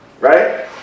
Right